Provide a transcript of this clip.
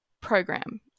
program